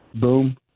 boom